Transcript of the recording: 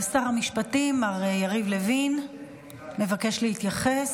שר המשפטים מר יריב לוין מבקש להתייחס.